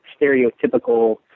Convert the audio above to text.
stereotypical